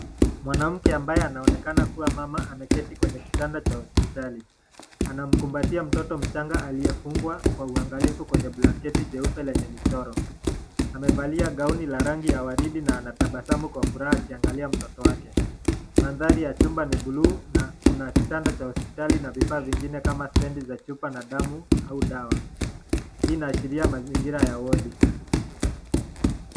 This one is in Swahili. Mwanamke ambaye anaonekana kuwa mama ameketi kwenye kitanda cha hospitali, anamkumpatia mtoto mchanga aliyefungwa kwa uangalifu kwenye blanketi jeupe chenye mchoro. Amevalia gaoni ya rangi ya waridi anatazama kwa furaha akiangalia mtoto wake. Mwanthari ya chumba ni bluu Na kuna kitanda cha hospitali na vifaa vingine kama stendi za chupa au dawa, hii inaashiria mazingira ya wadi.